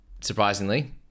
surprisingly